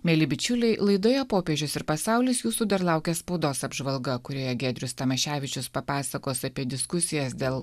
mieli bičiuliai laidoje popiežius ir pasaulis jūsų dar laukia spaudos apžvalga kurioje giedrius tamaševičius papasakos apie diskusijas dėl